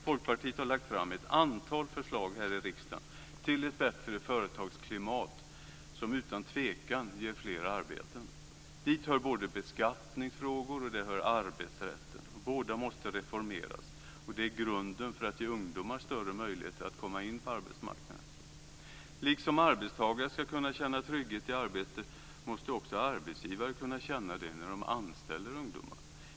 Folkpartiet har här i riksdagen lagt fram ett antal förslag till ett bättre företagsklimat som utan tvekan ger fler arbeten. Dit hör både beskattningen och arbetsrätten. Båda måste reformeras. Det är grunden för att ge ungdomar större möjligheter att komma in på arbetsmarknaden. Liksom arbetstagare ska kunna känna trygghet i arbetet måste också arbetsgivare kunna känna det när de anställer ungdomar.